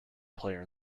player